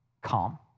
calm